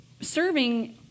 serving